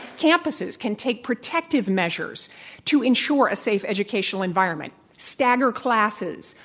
campuses can take protective measures to ensure a safe educational environment stagger classes,